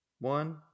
one